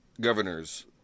governors